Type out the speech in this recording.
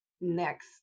next